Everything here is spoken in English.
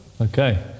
Okay